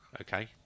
Okay